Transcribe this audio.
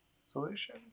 solution